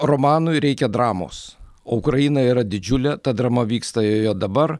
romanui reikia dramos o ukraina yra didžiulė ta drama vyksta joje dabar